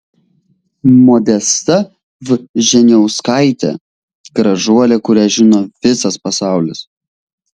modesta vžesniauskaitė gražuolė kurią žino visas pasaulis